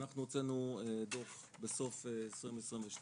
אנחנו הוצאנו דוח בסוף 2022,